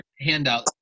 handout